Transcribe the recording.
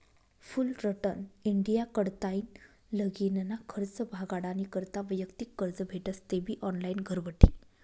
Fullerton India कडताईन लगीनना खर्च भागाडानी करता वैयक्तिक कर्ज भेटस तेबी ऑनलाईन घरबठी